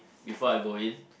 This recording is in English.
before I go in